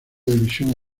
división